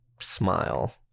smile